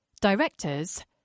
Directors